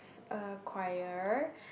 uh choir